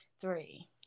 Three